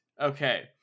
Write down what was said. okay